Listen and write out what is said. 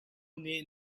nih